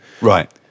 Right